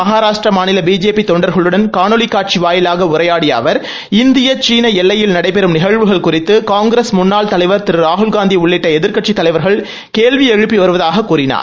மகாராஷ்டிரா மாநில பிஜேபி தொண்டர்களுடன் காணொலி காட்சி வாயிலாக உரையாடிய அவர் இந்திய சீன எல்லையில் நடைபெறும் நிகழ்வுகள் குறித்து காங்கிரஸ் முன்னாள் தலைவர் திரு ராகுல்காந்தி உள்ளிட்ட எதிர்க்கட்சித் தலைவர்கள் கேள்வி எழுப்பி வருவதாகக் கூறினார்